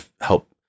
help